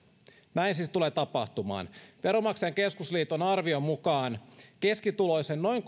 näin siis tulee tapahtumaan veronmaksajain keskusliiton arvion mukaan keskituloisen noin